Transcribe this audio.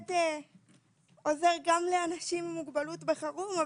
שעוזר גם לאנשים עם מוגבלות בחירום,